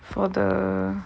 for the